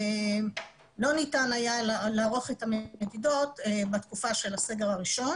לא ניתן היה לערוך את המדידות בתקופה של הסגר הראשון